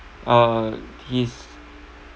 uh his